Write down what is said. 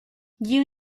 you